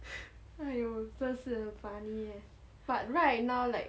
哎哟真是 funny eh but right now like